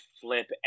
flip